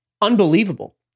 unbelievable